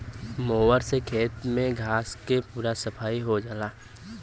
mower से खेत में घास के पूरा सफाई हो जाला